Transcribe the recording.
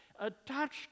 attached